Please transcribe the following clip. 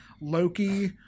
Loki